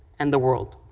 and the world.